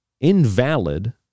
invalid